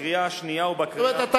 בקריאה השנייה ובקריאה השלישית.